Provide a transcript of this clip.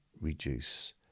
reduce